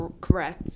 correct